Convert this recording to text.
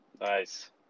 nice